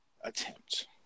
attempt